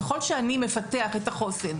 ככל שאני מפתח את החוסן,